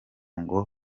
ngo